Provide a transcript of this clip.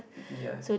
ya